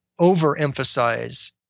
overemphasize